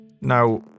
Now